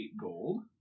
gold